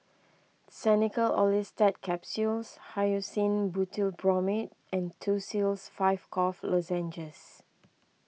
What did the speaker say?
Xenical Orlistat Capsules Hyoscine Butylbromide and Tussils five Cough Lozenges